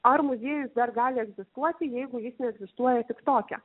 ar muziejus dar gali egzistuoti jeigu jis neegzistuoja tik toke